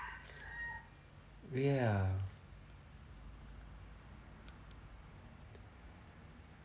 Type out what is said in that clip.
ya